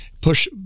push